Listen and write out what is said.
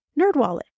Nerdwallet